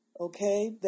okay